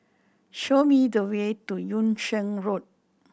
show me the way to Yung Sheng Road